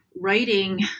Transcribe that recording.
writing